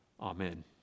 Amen